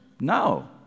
No